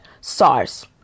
SARS